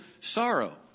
sorrow